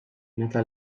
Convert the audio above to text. meta